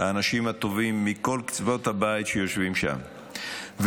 האנשים הטובים מכל קצוות הבית שיושבים שם,